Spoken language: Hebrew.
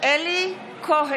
מצביע אלי כהן,